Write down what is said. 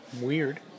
weird